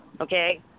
okay